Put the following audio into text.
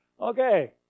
Okay